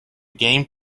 game